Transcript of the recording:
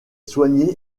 soigné